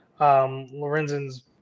Lorenzen's